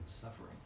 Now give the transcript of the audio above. suffering